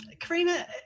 Karina